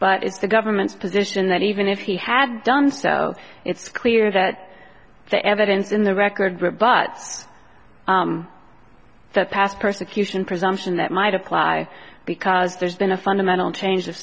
but it's the government's position that even if he had done so it's clear that the evidence in the record but that's past persecution presumption that might apply because there's been a fundamental change of